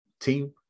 team